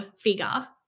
figure